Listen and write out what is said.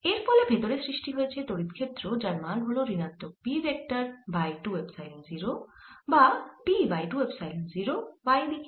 এর ফলে ভেতরে সৃষ্টি হয়েছে তড়িৎ ক্ষেত্র যার মান হল ঋণাত্মক P ভেক্টর বাই 2 এপসাইলন 0 বা P বাই 2 এপসাইলন 0 y দিকে